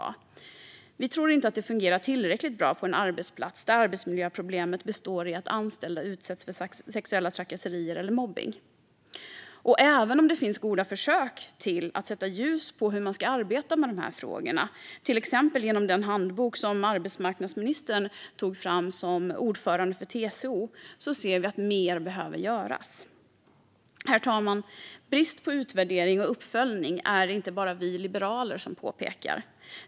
Men vi tror inte att det fungerar tillräckligt bra på en arbetsplats där arbetsmiljöproblemet består i att anställda utsätts för sexuella trakasserier eller mobbning. Och även om det finns goda försök att sätta ljus på hur man ska arbeta med dessa frågor, till exempel genom den handbok som arbetsmarknadsministern tog fram som ordförande för TCO, anser vi att mer behöver göras. Herr talman! Brist på utvärdering och uppföljning är det inte bara vi liberaler som påpekar.